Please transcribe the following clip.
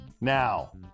Now